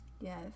Yes